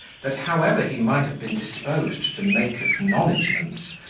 that, however he might have been disposed to make acknowledgments,